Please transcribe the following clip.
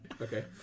Okay